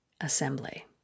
assembly